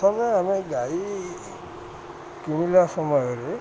ପ୍ରଥମେ ଆମେ ଗାଈ କିଣିଲା ସମୟରେ